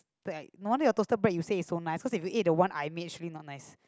but like no wonder your toasted bread you say is so nice cause if you ate the one I made surely not nice